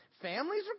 Families